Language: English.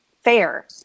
fair